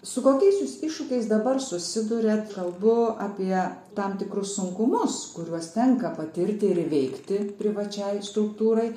su kokiais jūs iššūkiais dabar susiduriat kalbu apie tam tikrus sunkumus kuriuos tenka patirti ir įveikti privačiai struktūrai